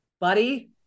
buddy